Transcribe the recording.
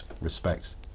respect